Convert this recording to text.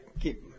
keep